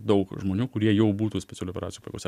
daug žmonių kurie jau būtų specialių operacijų pajėgose